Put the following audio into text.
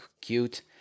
cute